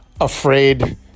afraid